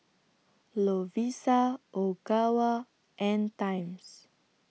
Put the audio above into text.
Lovisa Ogawa and Times